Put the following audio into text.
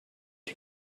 you